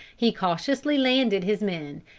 he cautiously landed his men,